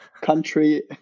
country